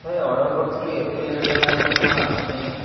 ଭାଇ ଅର୍ଡ଼ର କରିଥିଲି ଏତେ ଲେଟ୍ ହେଲାଣି କ'ଣ ଆସିନି ଏ ଯାଏଁ